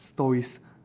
stories